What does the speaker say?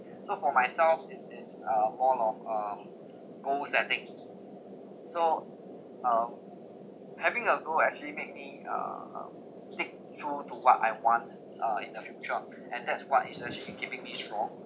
so for myself it it's uh more of um goals I think so uh having a goal actually make me uh um stick true to what I want uh in the future and that's what is actually keeping me strong